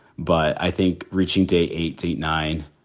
but i think reaching day eighty nine,